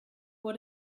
vor